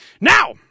Now